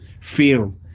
feel